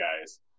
guys